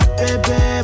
baby